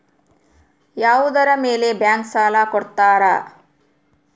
ಯಾವುದರ ಮೇಲೆ ಬ್ಯಾಂಕ್ ಸಾಲ ಕೊಡ್ತಾರ?